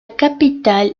capitale